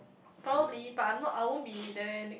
probably but I'm not I won't be there ne~